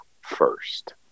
first